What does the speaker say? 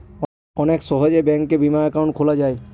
অনেক সহজে ব্যাঙ্কে বিমা একাউন্ট খোলা যায়